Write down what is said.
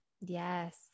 Yes